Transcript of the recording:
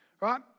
Right